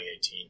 2018